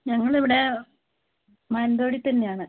ഞങ്ങളിവിടെ മാനന്തവാടി തന്നെയാണ്